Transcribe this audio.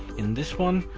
in this one,